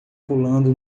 pulando